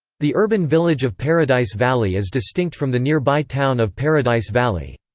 the urban village of paradise valley is distinct from the nearby town of paradise valley.